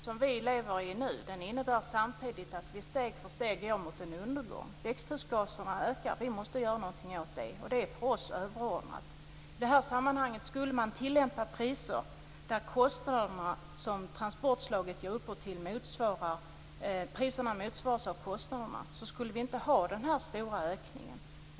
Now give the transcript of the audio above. Fru talman! Men den utveckling som sker nu innebär att vi steg för steg går mot en undergång. Växthusgaserna ökar. Vi måste göra någonting åt det. Det är för oss överordnat. Om man i detta sammanhang skulle låta priserna motsvaras av de kostnader transportslaget ger upphov skulle vi inte ha denna stora ökning.